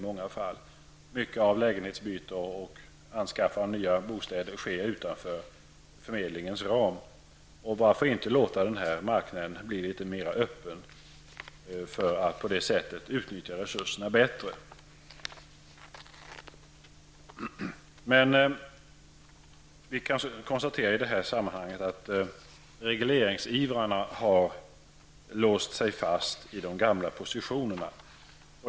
Många lägenhetsbyten och anskaffande av bostäder sker utanför förmedlingens ram. Varför inte låta denna marknad bli litet mer öppen och på det sättet få ett bättre utnyttjande av resurserna? Det kan i sammanhanget konstateras att regleringsivrarna har låst sig fast i de gamla positionerna.